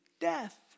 death